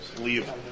leave